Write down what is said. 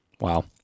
Wow